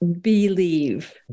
Believe